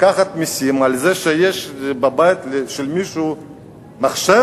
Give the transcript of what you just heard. לקחת מסים על זה שיש בבית של מישהו מחשב,